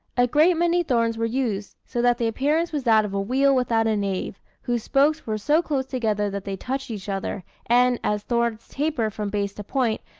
a great many thorns were used, so that the appearance was that of a wheel without a nave, whose spokes were so close together that they touched each other, and, as thorns taper from base to point,